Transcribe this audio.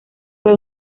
fue